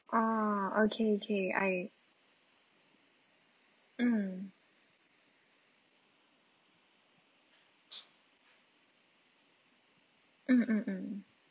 oh okay okay I mm mm mm mm